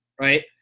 Right